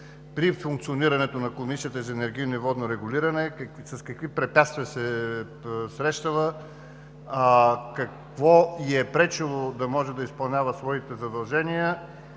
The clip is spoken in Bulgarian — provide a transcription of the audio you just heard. при функционирането на Комисията за енергийно и водно регулиране, с какви препятствия се е срещала, какво ѝ е пречело да може да изпълнява своите задължения